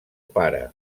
pare